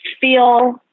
feel